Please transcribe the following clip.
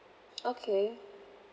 okay